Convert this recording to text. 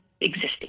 existing